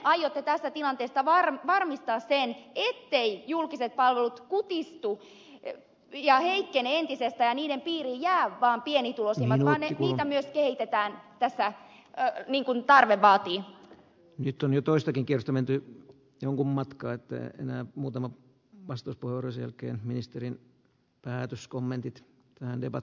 miten aiotte tässä tilanteessa varmistaa sen etteivät julkiset palvelut kutistu ja heikkene entisestään ja niiden piiriin jää vaan pienituloisimmat vaan että niitä myös kehitetään tässä niin kuin tarve vaatii nyt on jo toistakin kestävän työt jonkun matkaa ettei enää muutama vastus porisi jälkeen ministerin päätös kommentit vähenevät